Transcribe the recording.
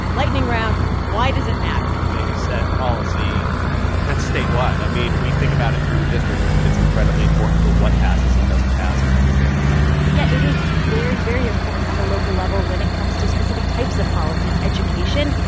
lightning round why does it matter? they set policy that's that's statewide. i mean, we think about it through redistricting, but it's incredibly important for what passes and doesn't pass in every state in the country yeah. it is very, very important on a local level when it comes to specific types of policy education,